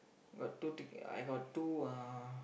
got two ticket I got two uh